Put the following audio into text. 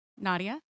Nadia